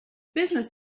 business